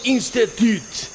Institute